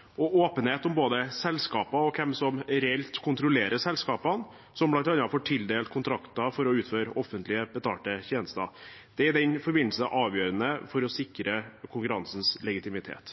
og rettferdig konkurranse og åpenhet om både selskaper og hvem som reelt kontrollerer selskapene som bl.a. får tildelt kontrakter for å utføre offentlig betalte tjenester. Det er i den forbindelse avgjørende for å sikre konkurransens legitimitet.